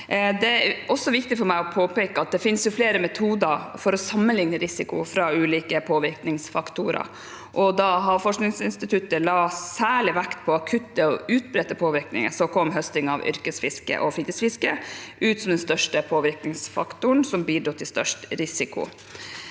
Det er også viktig for meg å påpeke at det finnes flere metoder for å sammenligne risiko fra ulike påvirkningsfaktorer. Da Havforskningsinstituttet la særlig vekt på akutte og utbredte påvirkninger, kom høsting av yrkesfiske og fritidsfiske ut som den største påvirkningsfaktoren som bidro til størst risiko.